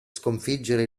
sconfiggere